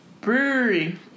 Brewery